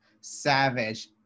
savage